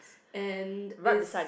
and is